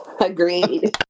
Agreed